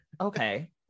Okay